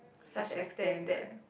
such extent right